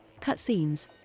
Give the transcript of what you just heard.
cutscenes